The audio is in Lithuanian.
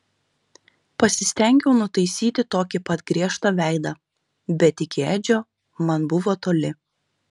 pasistengiau nutaisyti tokį pat griežtą veidą bet iki edžio man buvo toli